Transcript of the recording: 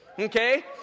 Okay